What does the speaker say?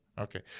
Okay